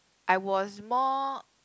I was more